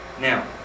Now